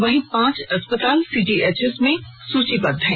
वहीं पांच अस्पताल सीजीएचएस में सूचीबद्ध हैं